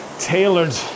tailored